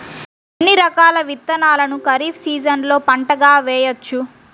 ఎన్ని రకాల విత్తనాలను ఖరీఫ్ సీజన్లో పంటగా వేయచ్చు?